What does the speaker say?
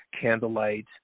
candlelight